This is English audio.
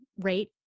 rate